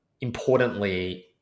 importantly